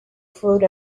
food